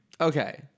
Okay